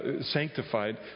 sanctified